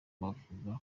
bavuga